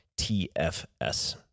TFS